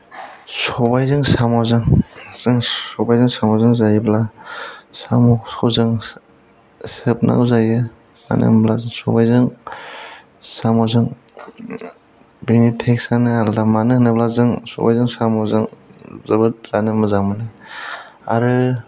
सबायजों साम'जों जों सबायजों साम'जों जायोब्ला साम'खौ जों सोबनांगौ जायो मानो होनब्ला सबायजों साम'जों बेनि थेस्तानो आलादा मानो होनोब्ला जों सबायजों साम'जों जोबोद जानो मोजां मोनो आरो